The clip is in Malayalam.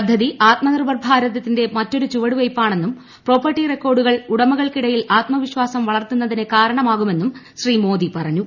പദ്ധതി ആത്മനിർഭർ ഭാരതത്തിൻറെ മറ്റൊരു ചുവടുവയ്പ്പാണെന്നും പ്രോപ്പർട്ടി റെക്കോർഡുകൾ ഉടമകൾക്കിടയിൽ ആത്മവിശ്വാസം വളർത്തുന്നതിനു കാരണമാകുമെന്നും ശ്രീ മോദി പറഞ്ഞു